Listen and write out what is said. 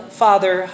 father